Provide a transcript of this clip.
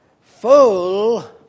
full